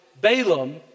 Balaam